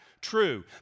True